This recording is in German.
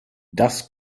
das